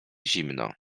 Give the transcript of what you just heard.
zimno